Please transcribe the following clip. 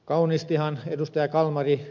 kauniistihan ed